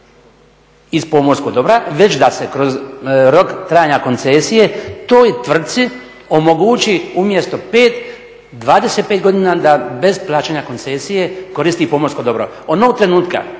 iz pomorskog dobra već da se kroz rok trajanja koncesije toj tvrci omogući umjesto 5, 25 godina bez plaćanja koncesije koristi pomorsko dobro. Onog trenutka